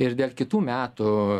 ir dėl kitų metų